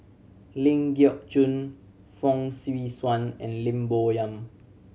Ling Geok Choon Fong Swee Suan and Lim Bo Yam